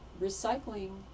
Recycling